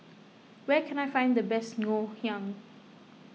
where can I find the best Ngoh Hiang